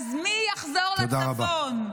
אז מי יחזור לצפון?